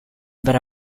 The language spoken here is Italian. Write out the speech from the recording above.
verrà